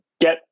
get